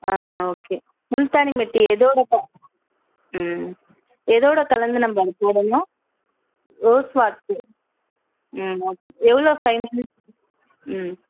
ஆ okay Multani mitti எதோடு கலந்து ம் எதோடு கலந்து நம்ம அதை போடணும் ரோஸ் வாட்டர் ம் ஓகே எவ்வளோ ஃபைன்ஸ் ம்